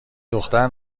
دختر